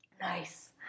Nice